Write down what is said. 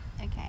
okay